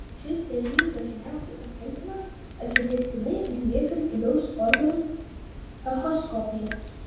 šis vėžys dažniausiai aptinkamas atsitiktinai atliekant vidaus organų echoskopiją